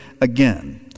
again